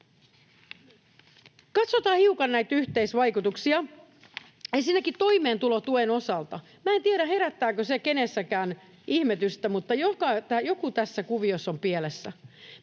Katsotaan hiukan näitä yhteisvaikutuksia, ensinnäkin toimeentulotuen osalta: En tiedä, herättääkö se kenessäkään ihmetystä, mutta joku tässä kuviossa on pielessä.